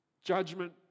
judgment